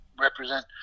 represent